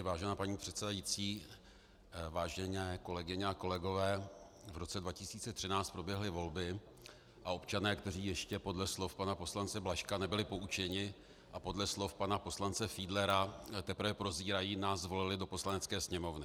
Vážená paní předsedající, vážené kolegyně a kolegové, v roce 2013 proběhly volby a občané, kteří ještě podle slov pana poslance Blažka nebyli poučeni a podle slov pana poslance Fiedlera teprve prozírají, nás zvolili do Poslanecké sněmovny.